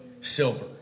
silver